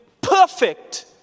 perfect